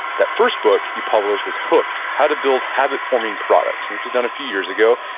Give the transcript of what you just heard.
that first book you published was hooked how to build habit-forming products. and this was done a few years ago.